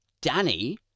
Danny